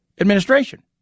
administration